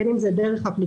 בין אם זה דרך אפליקציה,